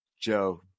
joe